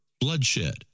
bloodshed